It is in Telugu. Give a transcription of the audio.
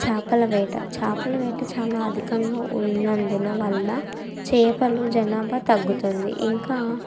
చేపల వేట చేపల వేట చాలా అధికంగా ఉన్నందున వల్ల చేపలు జనాభా తగ్గుతుంది ఇంకా